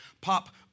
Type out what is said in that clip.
pop